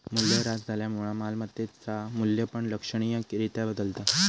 मूल्यह्रास झाल्यामुळा मालमत्तेचा मू्ल्य पण लक्षणीय रित्या बदलता